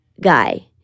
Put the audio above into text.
guy